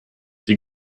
die